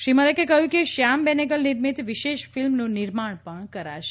શ્રી મલેકે કહ્યું કે શ્યામ બેનેગલ નિર્મિત વિશેષ ફિલ્મનું નિર્માણ પણ કરાશે